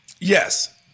Yes